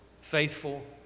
faithful